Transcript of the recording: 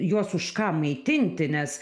juos už ką maitinti nes